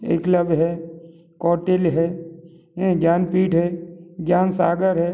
एकलव्य है कौतिलय है ज्ञानपीठ है ज्ञान सागर है